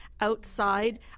outside